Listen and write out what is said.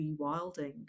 rewilding